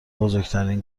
بزرگترین